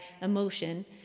emotion